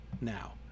now